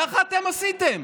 ככה אתם עשיתם,